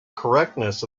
correctness